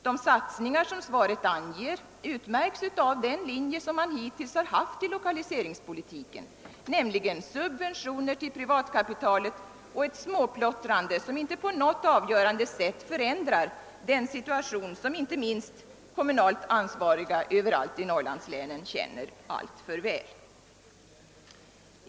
De satsningar som svaret anger utmärks av den linje som man hittills har följt i lokaliseringspolitiken, nämligen subventioner till privatkapitalet och ett småplottrande som inte på något avgö rande sätt förändrar den situation som inte minst de kommunalt ansvariga överallt i Norrlandslänen känner alltför väl.